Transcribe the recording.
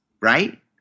right